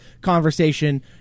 conversation